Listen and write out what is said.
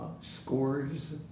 scores